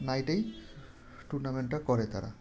নাইটেই টুর্নামেন্টটা করে তারা